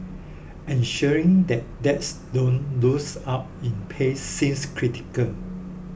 ensuring that dads don't lose out in pay seems critical